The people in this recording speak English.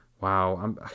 wow